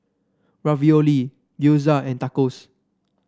Ravioli Gyoza and Tacos